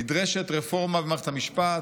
נדרשת רפורמה במערכת המשפט